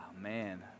man